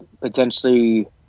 potentially